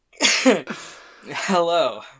Hello